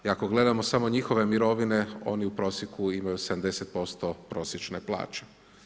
I ako gledamo samo njihove mirovine, oni u prosjeku imaju 70% prosječne plaće.